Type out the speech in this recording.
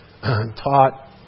taught